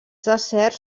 deserts